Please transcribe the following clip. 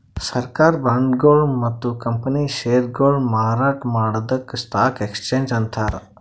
ಸರ್ಕಾರ್ ಬಾಂಡ್ಗೊಳು ಮತ್ತ್ ಕಂಪನಿ ಷೇರ್ಗೊಳು ಮಾರಾಟ್ ಮಾಡದಕ್ಕ್ ಸ್ಟಾಕ್ ಎಕ್ಸ್ಚೇಂಜ್ ಅಂತಾರ